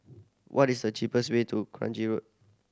what is the cheapest way to Kranji Road